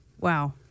Wow